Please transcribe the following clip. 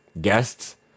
guests